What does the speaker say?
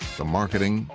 the marketing,